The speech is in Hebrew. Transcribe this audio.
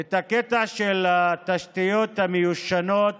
את הקטע של התשתיות המיושנות